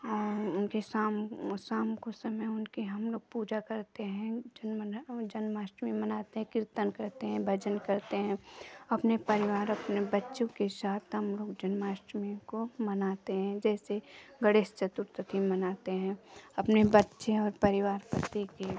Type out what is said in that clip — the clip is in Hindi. और उनके शाम ओ शाम को समय उनकी हम लोग पूजा करते हैं जन्माष्टमी मनाते हैं कीर्तन करते हैं भजन करते हैं अपने परिवार अपने बच्चों के साथ हम लोग जन्माष्टमी को मनाते हैं जैसे गणेश चतुर्थी मनाते हैं अपने बच्चे और परिवार पति की